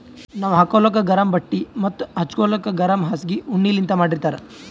ನಾವ್ ಹಾಕೋಳಕ್ ಗರಮ್ ಬಟ್ಟಿ ಮತ್ತ್ ಹಚ್ಗೋಲಕ್ ಗರಮ್ ಹಾಸ್ಗಿ ಉಣ್ಣಿಲಿಂತ್ ಮಾಡಿರ್ತರ್